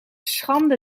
schande